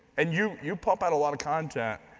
and you you pump out a lot of content,